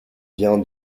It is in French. bien